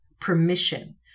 permission